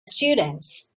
students